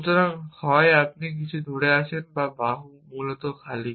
সুতরাং হয় আপনি কিছু ধরে আছেন বা বাহু মূলত খালি